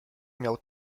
miał